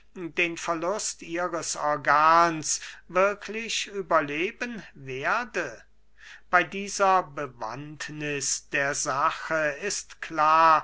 den verlust ihres organs wirklich überleben werden bey dieser bewandtniß der sache ist klar